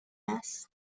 است